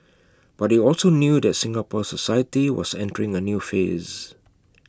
but he also knew that Singapore society was entering A new phase